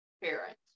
parent